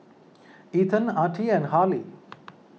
Ethan Attie and Harlie